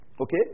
Okay